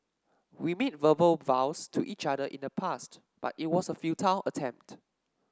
we made verbal vows to each other in the past but it was a futile attempt